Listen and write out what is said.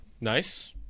nice